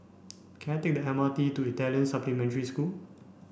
can I take the M R T to Italian Supplementary School